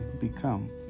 become